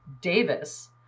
Davis